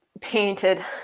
painted